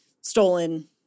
stolen